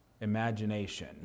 imagination